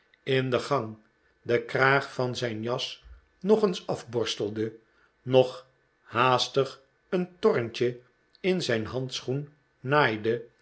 in den gang den kraag van zijn jas nog eens afborstelde nog haastig een torntje in zijn handschoen naaide